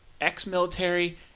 ex-military